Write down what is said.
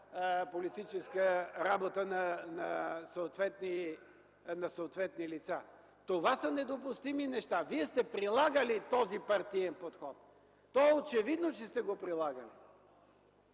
политическа работа на съответни лица. (Реплики от КБ.) Това са недопустими неща! Вие сте прилагали този партиен подход, то е очевидно, че сте го прилагали!